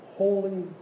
Holy